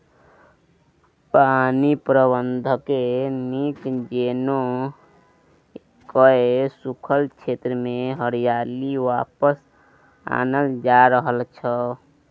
पानि प्रबंधनकेँ नीक जेना कए सूखल क्षेत्रमे हरियाली वापस आनल जा रहल छै